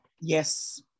Yes